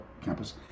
campus